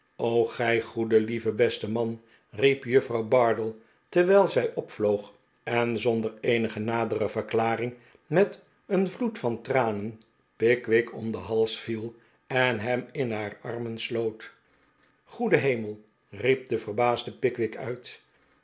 gij goede lieve beste man riep juffrouw bardell terwijl zij opvloog en zonder eenige nadere verklaring met een vloed van tranen pickwick om den hals viel en hem in haar armen sloot goede hemell riep de verbaasde pickwick uit